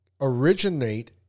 originate